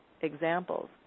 examples